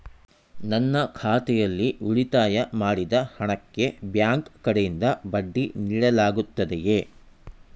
ನನ್ನ ಖಾತೆಯಲ್ಲಿ ಉಳಿತಾಯ ಮಾಡಿದ ಹಣಕ್ಕೆ ಬ್ಯಾಂಕ್ ಕಡೆಯಿಂದ ಬಡ್ಡಿ ನೀಡಲಾಗುತ್ತದೆಯೇ?